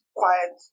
quiet